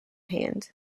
hand